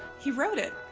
he wrote it.